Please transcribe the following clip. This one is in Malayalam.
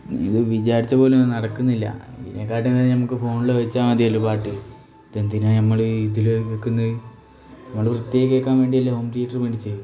ഇത് വിചാരിച്ചതുപോലെയൊന്നും നടക്കുന്നില്ല ഇതിനെക്കാട്ടിയും എന്നാ നമ്മൾക്ക് ഫോണിൽ വെച്ചാൽ മതിയല്ലോ പാട്ട് ഇതെന്തിനാണ് നമ്മൾ ഇതിൽ വെക്കുന്നത് നമ്മൾ വൃത്തിയായി കേൾക്കാൻ വേണ്ടിയല്ലേ ഹോം തിയേറ്റർ മേടിച്ചത്